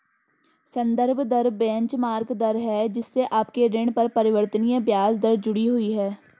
संदर्भ दर बेंचमार्क दर है जिससे आपके ऋण पर परिवर्तनीय ब्याज दर जुड़ी हुई है